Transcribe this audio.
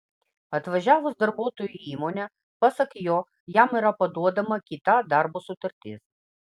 atvažiavus darbuotojui į įmonę pasak jo jam yra paduodama kita darbo sutartis